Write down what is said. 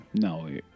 No